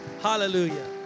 Hallelujah